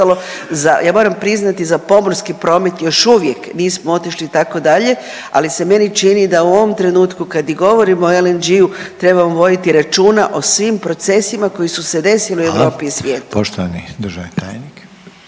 Ja moram priznati za pomorski promet još uvijek nismo otišli tako dalje, ali se meni čini da u ovom trenutku kad i govorimo o LNG-u trebamo voditi računa o svim procesima koji su se desili u Europi i svijetu.